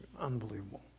unbelievable